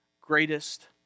greatest